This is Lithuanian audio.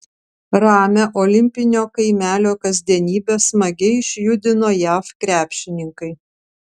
ramią olimpinio kaimelio kasdienybę smagiai išjudino jav krepšininkai